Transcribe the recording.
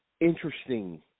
interesting